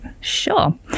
Sure